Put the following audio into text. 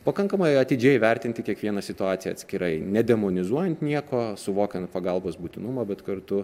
pakankamai atidžiai vertinti kiekvieną situaciją atskirai nedemonizuojant nieko suvokiant pagalbos būtinumą bet kartu